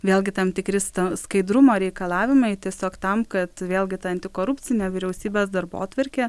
vėlgi tam tikri sta skaidrumo reikalavimai tiesiog tam kad vėlgi ta antikorupcinė vyriausybės darbotvarkė